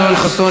יואל חסון,